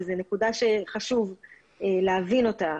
וזו נקודה שחשוב להבין אותה.